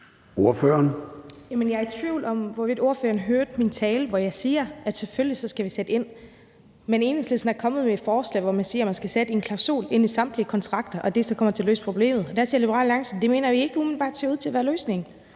(LA): Jeg er i tvivl om, hvorvidt ordføreren hørte min tale, hvor jeg sagde, at vi selvfølgelig skal sætte ind. Men Enhedslisten er kommet med et forslag, hvor man siger, at der skal sættes en klausul ind i samtlige kontrakter, og at det så kommer til at løse problemet. Der siger Liberal Alliance, at det mener vi ikke umiddelbart ser ud til at være løsningen.